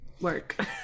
work